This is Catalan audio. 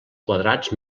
quadrats